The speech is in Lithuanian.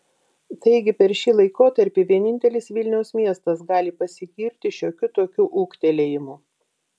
taigi per šį laikotarpį vienintelis vilniaus miestas gali pasigirti šiokiu tokiu ūgtelėjimu